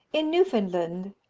in newfoundland,